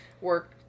work